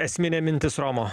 esminė mintis romo